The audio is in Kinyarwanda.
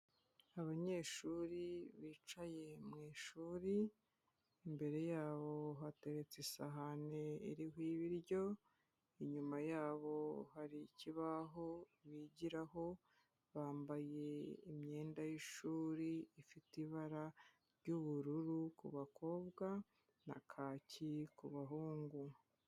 Abanyeshuri bicaye mu ishuri, imbere yabo hateretse isahani iriho ibiryo, inyuma yabo hari ikibaho bigiraho, bambaye imyenda y'ishuri ifite ibara ry'ubururu ku kobwa na kaki ku bahungu.